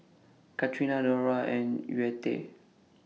Catrina Dora and Yvette